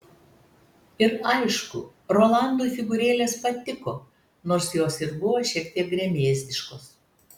ir aišku rolandui figūrėlės patiko nors jos ir buvo šiek tiek gremėzdiškos